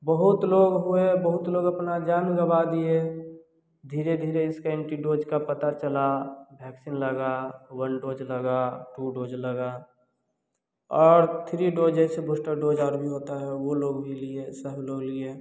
बहुत लोग हुए बहुत लोग अपना जान गवा दिए धीरे धीरे इसके एंटीडोज का पता चला वैक्सीन लगा वन डोज लगा टू डोज लगा और थ्री डोज ऐसे बूस्टर डोज और भी होता है वह लोग भी लिए सब लोग लिए